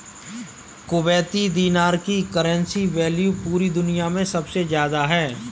Kuwaiti दीनार की currency value पूरी दुनिया मे सबसे ज्यादा है